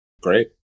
Great